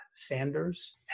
Sanders